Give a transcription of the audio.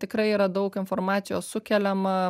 tikrai yra daug informacijos sukeliama